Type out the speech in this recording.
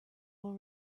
will